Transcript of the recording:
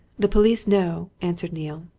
the police know, answered neale.